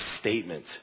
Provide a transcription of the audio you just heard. statement